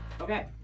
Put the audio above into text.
Okay